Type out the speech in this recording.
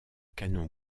canon